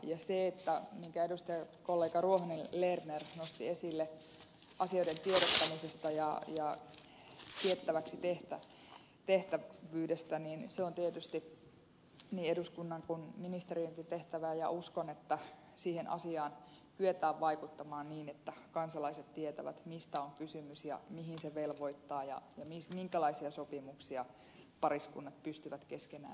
se minkä edustajakollega ruohonen lerner nosti esille asioiden tiedottamisesta ja tiettäväksi tekemisestä on tietysti niin eduskunnan kuin ministeriönkin tehtävä ja uskon että siihen asiaan kyetään vaikuttamaan niin että kansalaiset tietävät mistä on kysymys ja mihin se velvoittaa ja minkälaisia sopimuksia pariskunnat pystyvät keskenään tekemään